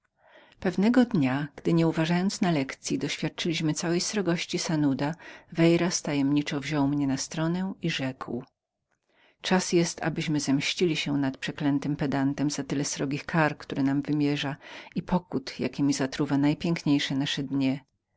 pewnego dnia gdy nienauczywszy się lekcyi doświadczyliśmy całej srogości sanuda veyras tajemniczo wziął mnie na stronę i rzekł czas jest abyśmy zemścili się nad przeklętym pedantem za tyle srogich kar i pokut jakiemi zatruwa najpiękniejsze nasze dnie